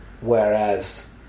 whereas